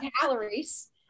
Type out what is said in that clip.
calories